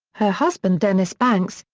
her husband dennis banks,